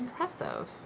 Impressive